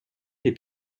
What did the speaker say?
lès